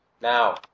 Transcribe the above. now